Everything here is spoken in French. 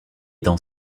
dans